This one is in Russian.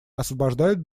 освобождают